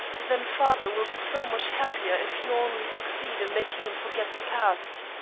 then father will be so much happier if you only succeed in making him forget the past.